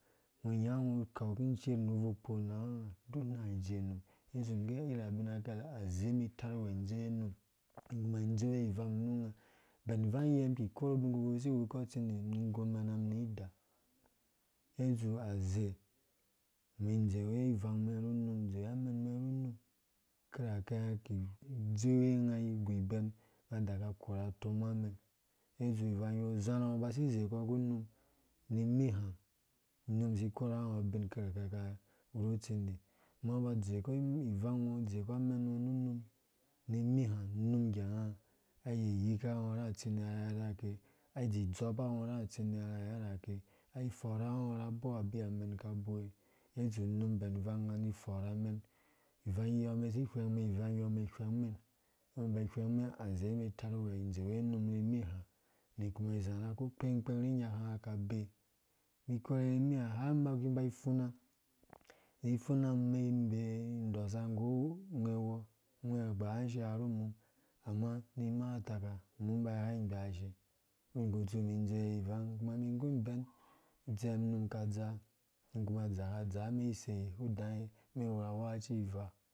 Ungo unya ungo ukum kujiir nu ubvui unanga unga duk na wuijee-num ngge itsu mum nggɛ ira abin kɛrɛ aze umum itarwɛɛ idzowe unum nimanu indzee ivangu nu unga, bɛn ivang yɛ umum ki ikoru ubinkpi ku si iwekpɔru utsinsi umum ingu amɛna ni ida ngge itsu aze umɛn indzowe ivangmɛn ruunum indzowe amen umɛn ru unum kirakɛ ki idzowe unga iguibɛn unga adaka akora atoma umɛn ngge itsu ivangɔ uzarhangɔ uba si izeikpɔ nggu unum nimi ha unum asi ikoruwanga ungo abin kirakɛ awuru utsi ndí. ungo uba udzeekɔ ivangugo udzekɔ amɛngo au unum nimi ha unum iganga ayiya kanya ungo ra arsindia rherherhave adzidzopa ungo ra atsindi a rherherhake ai ifɔrhanga ungo ra abo abi amɛn kubewe ngge itsu unum bɛn ivang ani ifɔrha umɛn ivangyɔ umɛn si ihwɛngmɛn umɛn ivangyɔ umɛn aze umɛn ihvengmen umen iba ihwengmen aze umɛn itarwee indzowe unum rimiha ni kuma izarha ukpeng kpeng ri nyaka unga abee umum ikore rimihá har umum ibvuu ifuna, ifunam indɔsa nggu ungwɛ wɔɔ ungwɛ ha imataka, umum iba igha ingbaashe kuma umum iguiben itsɛm unum ka adzaa unum kuma adaka adzaa umɛn isei ku udai umɛn iwura awaka ci ivaa